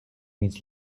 meaning